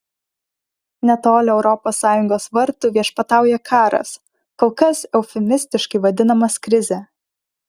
netoli europos sąjungos vartų viešpatauja karas kol kas eufemistiškai vadinamas krize